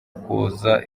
kuza